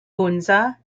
hunza